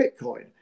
Bitcoin